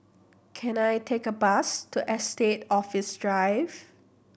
can I take a bus to Estate Office Drive